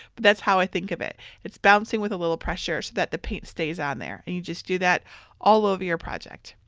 but that's how i think of it. it's bouncing with a little pressure so that the paint stays on there. and you just do that all over your project.